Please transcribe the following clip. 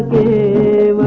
a